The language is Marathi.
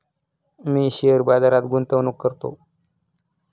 मी शेअर बाजारात गुंतवणूक करतो